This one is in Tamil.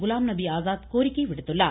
குலாம்நபி ஆசாத் கோரிக்கை விடுத்திருக்கிறார்